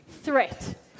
Threat